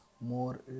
more